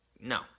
No